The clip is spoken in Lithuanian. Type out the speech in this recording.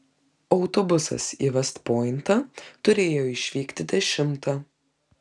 autobusas į vest pointą turėjo išvykti dešimtą